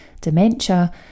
dementia